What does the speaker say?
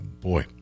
boy